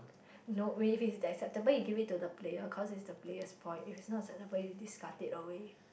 no wait if it's acceptable you give to the player cause it's the player's point if it's not acceptable you discard it away